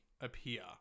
appear